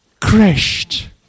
crashed